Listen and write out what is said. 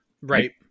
Right